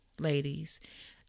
ladies